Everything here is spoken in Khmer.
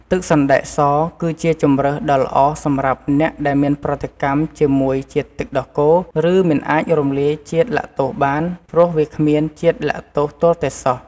ទឹកសណ្តែកសគឺជាជម្រើសដ៏ល្អសម្រាប់អ្នកដែលមានប្រតិកម្មជាមួយជាតិទឹកដោះគោ ឬមិនអាចរំលាយជាតិឡាក់តូសបាន ព្រោះវាគ្មានជាតិឡាក់តូសទាល់តែសោះ។